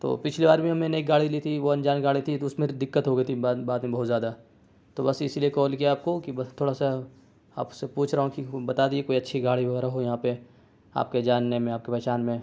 تو پچھلی بار بھی ہم نے ایک گاڑی لی تھی وہ انجان گاڑی تھی تو اس میں دقت ہو گئی تھی بعد بعد میں بہت زیادہ تو بس اسی لیے کال کیا آپ کو کہ تھوڑا سا آپ سے پوچھ رہا ہوں کہ بتا دیجیے کوئی اچھی گاڑی وغیرہ ہو یہاں پہ آپ کے جاننے میں آپ کے پہچان میں